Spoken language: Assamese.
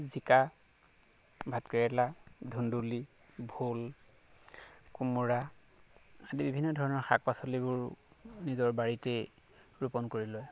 জিকা ভাতকেৰেলা ধুন্দুলি ভোল কোমোৰা আদি বিভিন্ন ধৰণৰ শাক পাচলিবোৰ নিজৰ বাৰীতেই ৰোপণ কৰি লয়